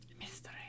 mystery